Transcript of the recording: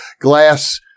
glass